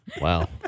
Wow